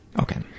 Okay